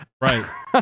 Right